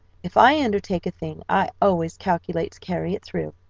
if i undertake a thing i always calculate to carry it through.